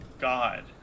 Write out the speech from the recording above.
God